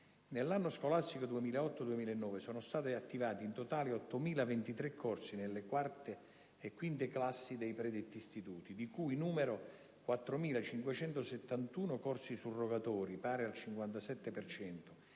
Nell'anno scolastico 2008-2009 sono stati attivati in totale n. 8.023 corsi nelle quarte e quinte classi dei predetti istituti, di cui 4.571 corsi surrogatori, pari al 57